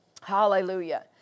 Hallelujah